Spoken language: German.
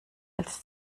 als